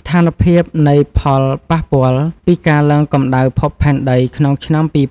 ស្ថានភាពនៃផលប៉ះពាល់ពីការឡើងកម្ដៅភពផែនដីក្នុងឆ្នាំ ២០